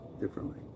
differently